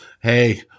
hey